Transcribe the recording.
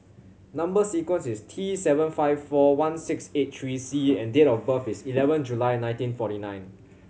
number sequence is T seven five four one six eight three C and date of birth is eleven July nineteen forty nine